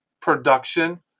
production